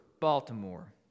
Baltimore